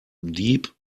deep